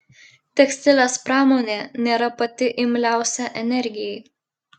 tekstilės pramonė nėra pati imliausia energijai